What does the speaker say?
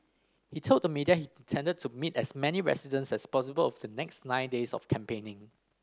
he told the media he intended to meet as many residents as possible of the next nine days of campaigning